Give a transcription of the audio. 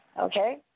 Okay